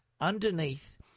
underneath